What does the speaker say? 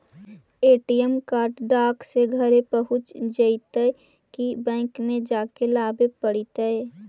ATM card डाक से घरे पहुँच जईतै कि बैंक में जाके लाबे पड़तै?